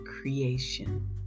creation